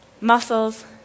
Muscles